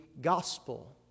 gospel